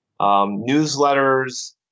newsletters